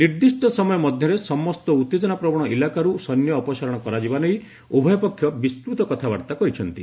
ନିର୍ଦ୍ଧିଷ୍ଟ ସମୟ ମଧ୍ୟରେ ସମସ୍ତ ଉତ୍ତେଜନାପ୍ରବଣ ଇଲାକାରୁ ସୈନ୍ୟ ଅପସାରଣ କରାଯିବା ନେଇ ଉଭୟ ପକ୍ଷ ବିସ୍ତୃତ କଥାବାର୍ତ୍ତା କରିଛନ୍ତି